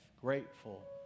Grateful